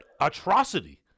atrocity